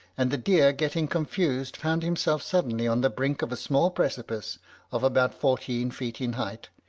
and the deer getting confused, found himself suddenly on the brink of a small precipice of about fourteen feet in height,